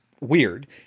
weird